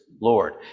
Lord